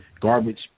garbage